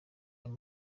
ayo